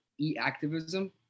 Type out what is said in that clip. e-activism